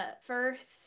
first